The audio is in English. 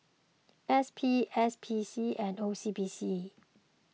S P S P C and O C B C